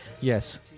Yes